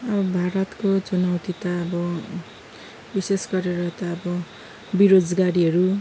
भारतको चुनौती त अब विशेष गरेर त अब बिरोजगारीहरू